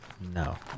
no